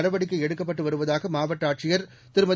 நடவடிக்கை எடுக்கப்பட்டு வருவதாக மாவட்ட ஆட்சியர் திருமதி